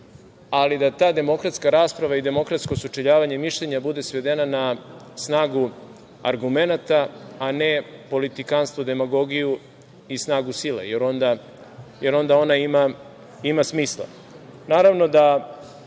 ali da ta demokratska rasprava i demokratsko sučeljavanje mišljenja bude svedena na snagu argumenata, a ne politikanstvo, demagogiju i snagu sile, jer onda ona ima smisla. Naravno